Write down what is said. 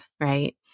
right